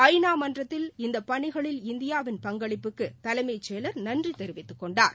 ஐநா மன்றத்தில் இந்த பணிகளில் இந்தியாவின் பங்களிப்புக்கு தலைமைச் செயலர் நன்றி தெரிவித்துக் கொண்டார்